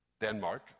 Denmark